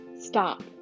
stop